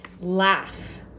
laugh